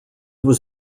was